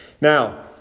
Now